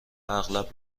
اغلب